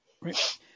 Right